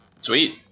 sweet